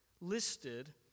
listed